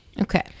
Okay